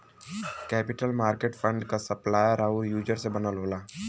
capital market fund क supplier आउर user से बनल होला